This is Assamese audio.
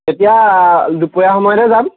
এতিয়া দুপৰীয়া সময়তহে যাম